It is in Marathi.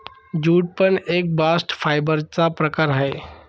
ज्यूट पण एक बास्ट फायबर चा प्रकार आहे